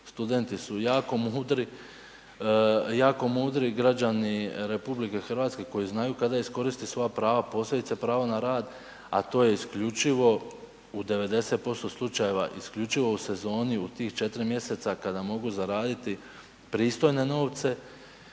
studenti su jako mudri građani RH koji znaju kada iskoristiti svoja prava posebice prava na rad, a to je isključivo u 90% slučajeva, isključivo u sezoni u tih 4 mj. kada mogu zaraditi pristojne novce